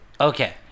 okay